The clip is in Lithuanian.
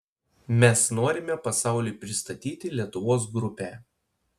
mes norime pasauliui pristatyti lietuvos grupę